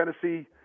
Tennessee